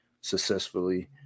successfully